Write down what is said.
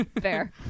Fair